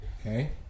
Okay